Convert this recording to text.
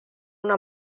una